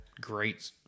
Great